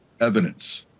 evidence